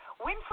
Winfrey